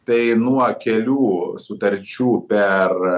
tai nuo kelių sutarčių per